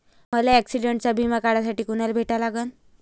मले ॲक्सिडंटचा बिमा काढासाठी कुनाले भेटा लागन?